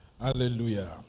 Hallelujah